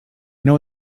know